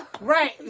right